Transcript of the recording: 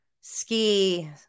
ski